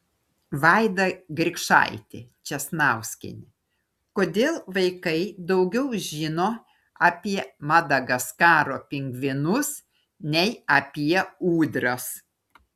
vaida grikšaitė česnauskienė kodėl vaikai daugiau žino apie madagaskaro pingvinus nei apie ūdras